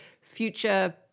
future